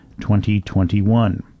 2021